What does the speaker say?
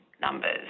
numbers